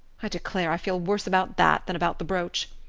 i declare i feel worse about that than about the brooch.